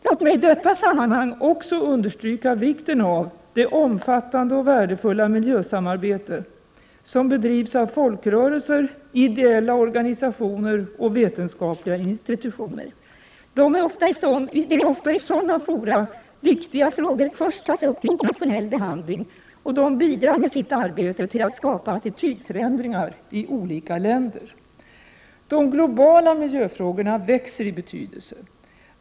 Låt mig i detta sammanhang också understryka vikten av det omfattande och värdefulla miljösamarbete som bedrivs av folkrörelser, ideella organisationer och vetenskapliga institutioner. Det är ofta i sådana fora viktiga frågor först tas upp till internationell behandling, och de bidrar med sitt arbete till att skapa attitydförändringar i olika länder. De globala miljöfrågorna växer i betydelse.